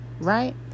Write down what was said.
right